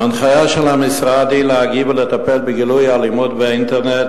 ההנחיה של המשרד היא להגיב ולטפל בגילויי אלימות באינטרנט